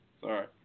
Sorry